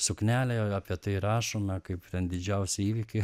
suknelę apie tai rašoma kaip ten didžiausią įvykį